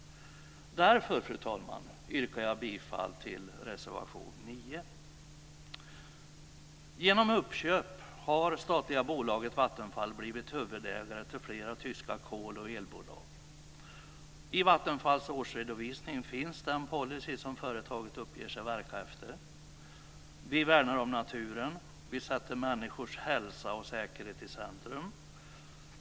Därför, fru talman, yrkar jag bifall till reservation 9. Genom uppköp har det statliga bolaget Vattenfall blivit huvudägare till flera tyska kol och elbolag. I Vattenfalls årsredovisning finns den policy som företaget uppger sig verka efter. Man skriver så här: Vi värnar om naturen. Vi sätter människors hälsa och säkerhet i centrum.